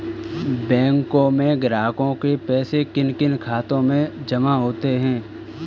बैंकों में ग्राहकों के पैसे किन किन खातों में जमा होते हैं?